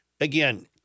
again